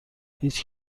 هیچ